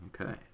okay